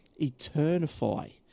Eternify